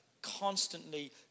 constantly